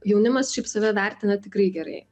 jaunimas šiaip save vertina tikrai gerai